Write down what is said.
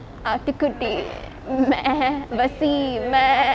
ஆட்டுக்குட்டி:aatukutti vasi